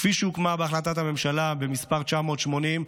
כפי שהוקמה בהחלטת הממשלה מס' 980,